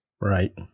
Right